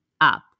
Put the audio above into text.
up